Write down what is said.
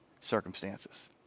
circumstances